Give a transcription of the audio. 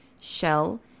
Shell